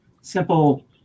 simple